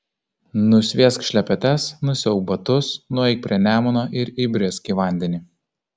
nusviesk šlepetes nusiauk batus nueik prie nemuno ir įbrisk į vandenį